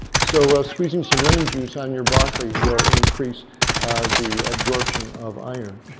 so a squeezing, some lemon juice on your broccoli will increase the absorption of iron.